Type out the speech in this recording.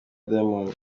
diamond